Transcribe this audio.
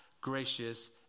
gracious